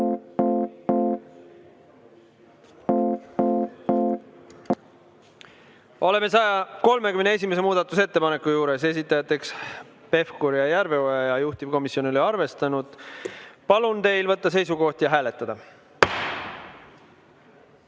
Oleme 131. muudatusettepaneku juures, esitajad Pevkur ja Järveoja, juhtivkomisjon ei ole arvestanud. Palun teil võtta seisukoht ja hääletada!